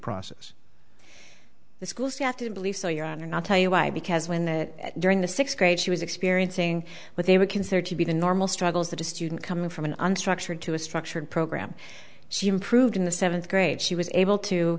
process the schools you have to believe so your honor not tell you why because when that during the sixth grade she was experiencing what they would consider to be the normal struggles that a student coming from an unstructured to a structured program she improved in the seventh grade she was able to